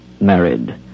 married